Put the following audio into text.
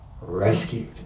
rescued